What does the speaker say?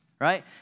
right